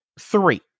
three